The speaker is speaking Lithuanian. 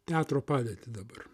teatro padėtį dabar